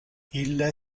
ille